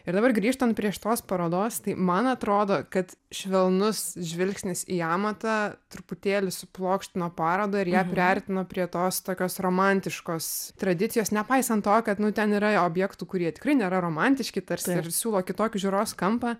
ir dabar grįžtant prie šitos parodos tai man atrodo kad švelnus žvilgsnis į amatą truputėlį suplokštino parodą ir ją priartino prie tos tokios romantiškos tradicijos nepaisant to kad nu ten yra objektų kurie tikrai nėra romantiški tarsi ir siūlo kitokį žiūros kampą